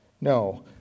No